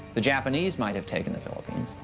the japanese might have taken the philippines.